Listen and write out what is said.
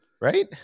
Right